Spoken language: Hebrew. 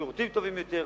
כי זה שירותים טובים יותר,